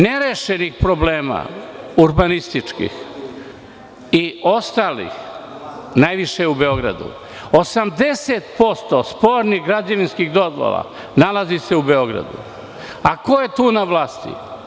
Nerešenih problema urbanističkih i ostalih najviše je u Beogradu, 80% spornih građevinskih dozvola nalazi se u Beogradu, a ko je tu na vlasti?